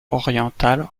orientale